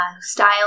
style